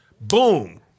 boom